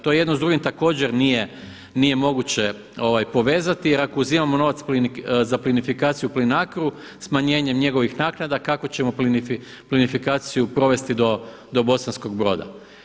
To jedno s drugim također nije moguće povezati jer ako uzimamo novac za plinifikaciju u Plinacru, smanjenjem njegovim naknada kako ćemo plinifikaciju provesti do Bosanskog Broda.